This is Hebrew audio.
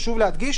חשוב להדגיש,